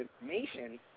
information